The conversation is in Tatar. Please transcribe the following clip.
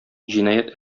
җинаять